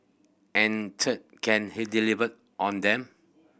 and third can he deliver on them